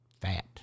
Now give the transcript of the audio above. fat